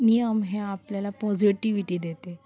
नियम हे आपल्याला पॉझिटिव्हिटी देते